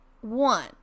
one